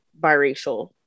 biracial